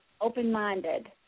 open-minded